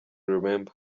remember